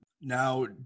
Now